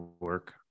work